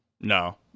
No